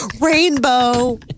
Rainbow